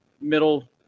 middle